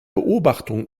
beobachtungen